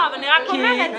אני תוקף, כן.